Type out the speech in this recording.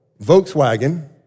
Volkswagen